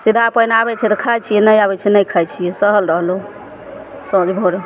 सिदहा पानि आबय छै तऽ खाइ छियै नहि आबय छै नहि खाइ छियै सहल रहलहुँ साँझ भोर